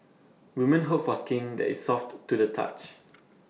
woman hope for skin that is soft to the touch